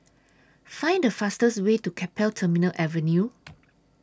Find The fastest Way to Keppel Terminal Avenue